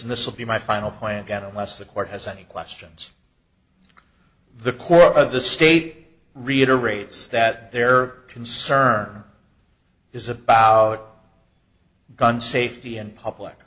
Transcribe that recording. will be my final point again unless the court has any questions the core of the state reiterates that their concern is about gun safety and public